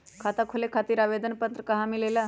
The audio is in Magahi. खाता खोले खातीर आवेदन पत्र कहा मिलेला?